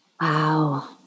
Wow